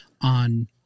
on